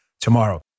tomorrow